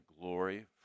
glory